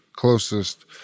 closest